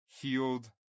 healed